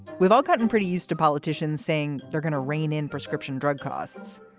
we've all gotten pretty used to politicians saying they're going to rein in prescription drug costs.